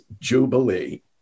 jubilee